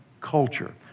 culture